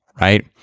right